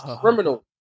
criminal